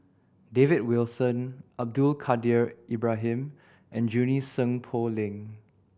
David Wilson Abdul Kadir Ibrahim and Junie Sng Poh Leng